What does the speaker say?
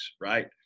right